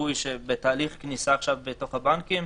זיכוי שבתהליך כניסה עכשיו לתוך הבנקים,